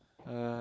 uh